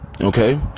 Okay